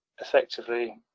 effectively